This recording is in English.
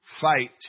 Fight